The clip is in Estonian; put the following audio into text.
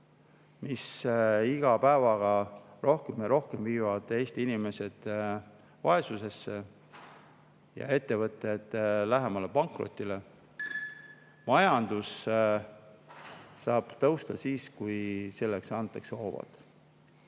mis iga päevaga üha rohkem ja rohkem viivad Eesti inimesed vaesusesse ja ettevõtted lähemale pankrotile. Majandus saab tõusta siis, kui selleks antakse hoovad.